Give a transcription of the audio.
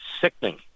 sickening